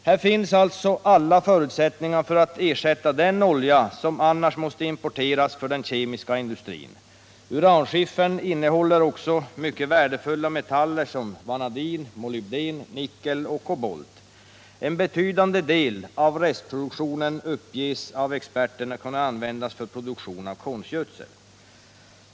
Här finns alltså alla förutsättningar för att ersätta den olja som annars måste importeras för den kemiska industrin. Uranskiffern innehåller också mycket värdefulla metaller som vanadin, molybden, nickel och kobolt. En betydande del av restprodukterna uppges av experterna kunna användas för produktion av konstgödsel.